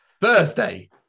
Thursday